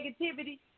negativity